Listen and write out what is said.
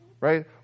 Right